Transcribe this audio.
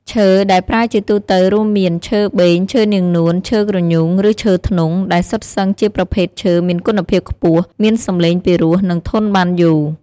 ឈើដែលប្រើជាទូទៅរួមមាន ឈើបេង ឈើនាងនួន ឈើគ្រញូង ឬឈើធ្នង់ ដែលសុទ្ធសឹងជាប្រភេទឈើមានគុណភាពខ្ពស់ មានសម្លេងពិរោះ និងធន់បានយូរ។